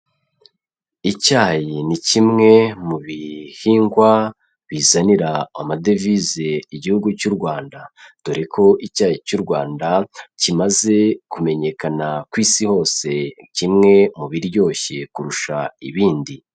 Icyayi ni kimwe mu bihingwa bizanira amadevize igihugu cy'u Rwanda, dore ko icyayi cy'u Rwanda kimaze kumenyekana ku isi hose, kimwe mu biryoshye kurusha ibindi.